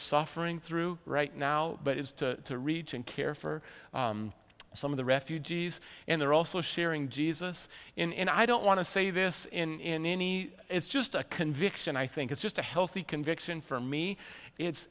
suffering through right now but it's to reach and care for some of the refugees and they're also sharing jesus in i don't want to say this in any it's just a conviction i think it's just a healthy conviction for me it's